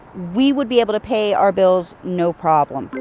we would be able to pay our bills, no problem.